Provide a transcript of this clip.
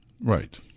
Right